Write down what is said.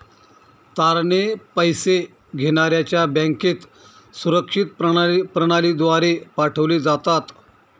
तारणे पैसे घेण्याऱ्याच्या बँकेत सुरक्षित प्रणालीद्वारे पाठवले जातात